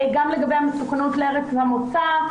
גם לגבי המסוכנות לארץ המוצא.